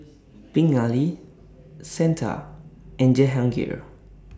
Pingali Santha and Jehangirr